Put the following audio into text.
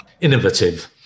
innovative